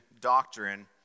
doctrine